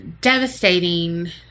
devastating